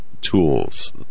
tools